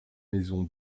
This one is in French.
maison